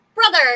Brother